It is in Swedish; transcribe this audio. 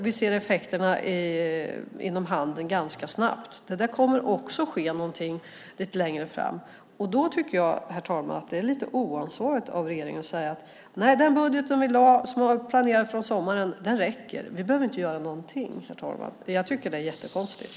Vi ser effekterna inom handeln snabbt. Där kommer också att ske någonting lite längre fram. Då är det, herr talman, lite oansvarigt av regeringen att säga att den budget som planerades under sommaren och som lades fram räcker och att man inte behöver göra någonting. Det är jättekonstigt.